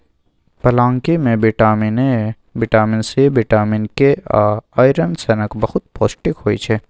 पलांकी मे vitamin A, vitamin C, vitamin K आ आइरन सनक बहुत पौष्टिक होइ छै